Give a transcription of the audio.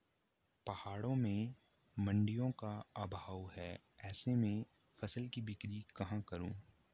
पहाड़ों में मडिंयों का अभाव है ऐसे में फसल की बिक्री कहाँ करूँ?